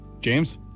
James